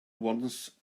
once